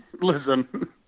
listen